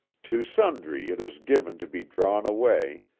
to sundry it is given to be drawn away,